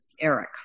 Eric